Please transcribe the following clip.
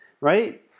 right